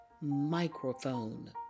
microphone